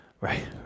Right